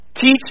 Teach